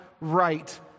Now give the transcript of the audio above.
right